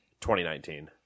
2019